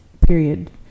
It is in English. period